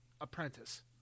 apprentice